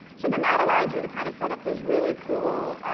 so then that allows you to kind of set-up these really cool